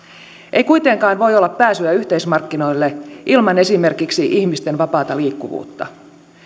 ei kuitenkaan voi olla pääsyä yhteismarkkinoille ilman esimerkiksi ihmisten vapaata liikkuvuutta